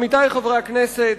עמיתי חברי הכנסת,